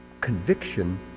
conviction